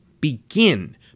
begin